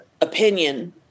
opinion